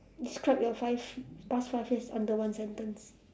describe your five past five years under one sentence